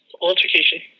altercation